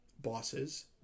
bosses